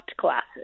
classes